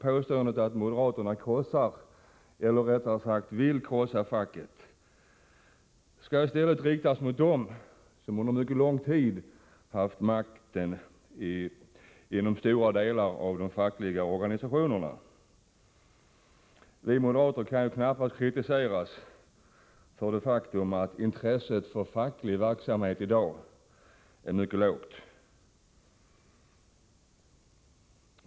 Påståendet att moderaterna vill krossa facket skall i stället riktas mot dem som under mycket lång tid har haft makten inom stora delar av de fackliga organisationerna. Vi moderater kan knappast kritiseras för det faktum att intresset för facklig verksamhet i dag är mycket litet.